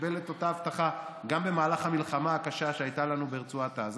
וקיבל את אותה הבטחה גם במהלך המלחמה הקשה שהייתה לנו ברצועת עזה.